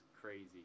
crazy